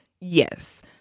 Yes